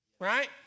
right